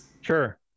Sure